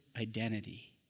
identity